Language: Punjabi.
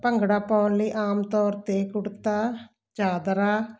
ਭੰਗੜਾ ਪਾਉਣ ਲਈ ਆਮ ਤੌਰ 'ਤੇ ਕੁੜਤਾ ਚਾਦਰਾ